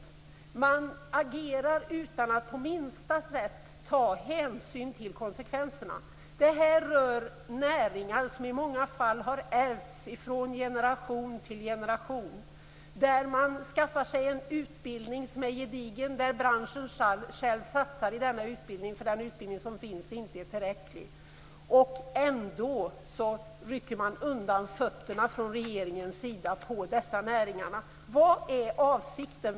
Regeringen agerar utan att på minsta sätt ta hänsyn till konsekvenserna. Detta rör näringar som i många fall har ärvts från generation till generation. Människor skaffar sig en gedigen utbildning, där branschen själv är med och satsar eftersom den utbildning som finns inte är tillräcklig. Ändå slår regeringen undan fötterna på dessa näringar. Vad är avsikten?